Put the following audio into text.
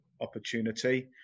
opportunity